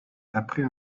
après